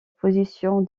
position